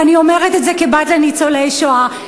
ואני אומרת את זה כבת לניצולי שואה,